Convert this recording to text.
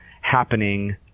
happening